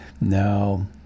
No